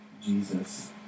Jesus